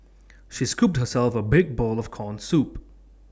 she scooped herself A big bowl of Corn Soup